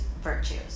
virtues